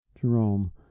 Jerome